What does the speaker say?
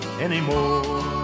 anymore